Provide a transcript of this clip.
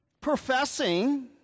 professing